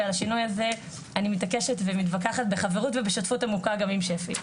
ועל השינוי הזה אני מתעקשת ומתווכחת בחברות ובשותפות עמוקה גם עם שפ"י.